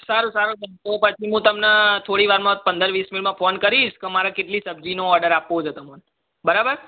સારું સારું બેન તો પછી હું તમને થોડીવારમાં પંદર વીસ મિનિટમાં ફોન કરીશ કે મારે કેટલી સબ્જીનો ઓડૅર આપવો છે તમને બરાબર